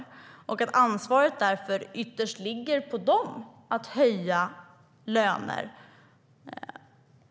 Därför ligger ansvaret ytterst på dem att höja löner.